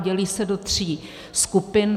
Dělí se do tří skupin.